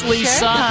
Lisa